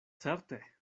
certe